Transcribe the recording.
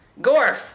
Gorf